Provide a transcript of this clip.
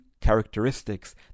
characteristics